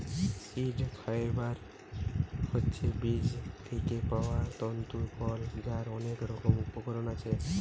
seed fibre হচ্ছে বীজ থিকে পায়া তন্তু ফল যার অনেক উপকরণ আছে